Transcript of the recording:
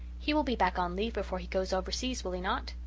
he will be back on leave before he goes overseas, will he not?